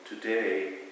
today